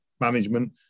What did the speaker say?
management